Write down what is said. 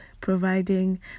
providing